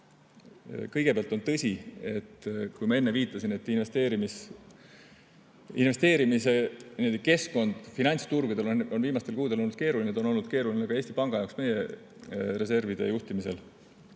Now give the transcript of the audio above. Kõigepealt on tõsi, nagu ma enne viitasin, et investeerimiskeskkond finantsturgudel on viimastel kuudel olnud keeruline ja see on olnud keeruline ka Eesti Panga jaoks meie reservide juhtimisel.